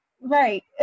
Right